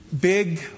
big